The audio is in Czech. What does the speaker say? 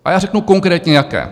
A já řeknu konkrétně jaké.